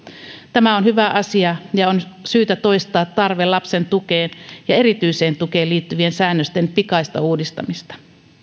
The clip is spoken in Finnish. tämä on hyvä asia ja on syytä toistaa tarve lapsen tukeen ja erityiseen tukeen liittyvien säännösten pikaisesta uudistamisesta